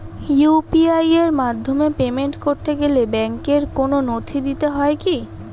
UPI এর মাধ্যমে payment করতে গেলে ব্যাংকের কোন নথি দিতে হয় কি?